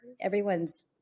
everyone's